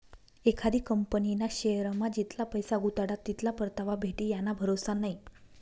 एखादी कंपनीना शेअरमा जितला पैसा गुताडात तितला परतावा भेटी याना भरोसा नै